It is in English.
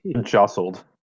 Jostled